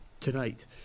tonight